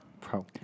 Pro